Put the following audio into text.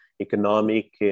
economic